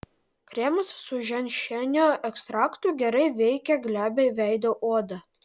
kremas su ženšenio ekstraktu gerai veikia glebią veido odą